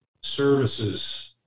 services